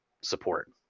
support